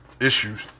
issues